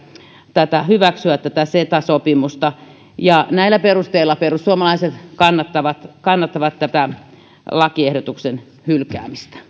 hyväksyä tätä ceta sopimusta näillä perusteilla perussuomalaiset kannattavat kannattavat lakiehdotuksen hylkäämistä